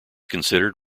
considered